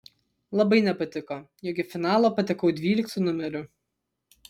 labai nepatiko jog į finalą patekau dvyliktu numeriu